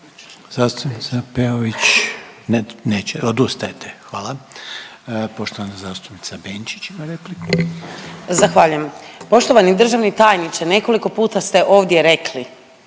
Zastupnica Peović, ne, neće odustajete? Hvala. Poštovana zastupnica Benčić ima repliku. **Benčić, Sandra (Možemo!)** Zahvaljujem. Poštovani državni tajniče, nekoliko puta ste ovdje rekli